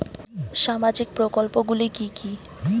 সামাজিক প্রকল্পগুলি কি কি?